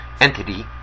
entity